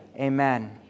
Amen